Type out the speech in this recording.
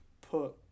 put